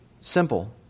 simple